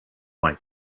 white